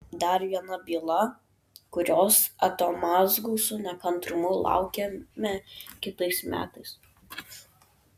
dar viena byla kurios atomazgų su nekantrumu laukiame kitais metais